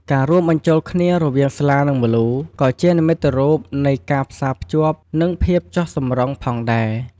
ការរួមបញ្ចូលគ្នារវាងស្លា និងម្លូ ក៏ជានិមិត្តរូបនៃ ការផ្សារភ្ជាប់ និង ភាពចុះសម្រុង ផងដែរ។